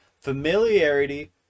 familiarity